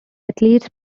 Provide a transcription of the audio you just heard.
athletes